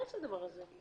מה זה הדבר הזה?